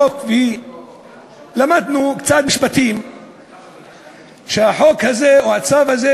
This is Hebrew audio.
הסופי של אותו פרויקט עמד ביעדים ועמד במה שהצבנו לו